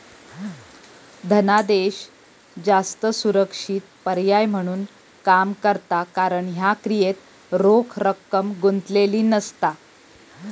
धनादेश जास्त सुरक्षित पर्याय म्हणून काम करता कारण ह्या क्रियेत रोख रक्कम गुंतलेली नसता